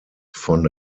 von